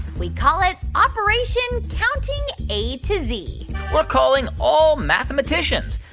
we call it operation counting a to z we're calling all mathematicians.